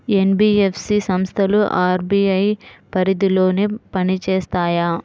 NBFC సంస్థలు RBI పరిధిలోనే పని చేస్తాయా?